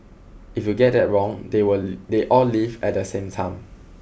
if you get that wrong they will they all leave at the same time